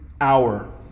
hour